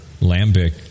Lambic